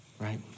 Right